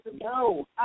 No